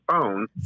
phone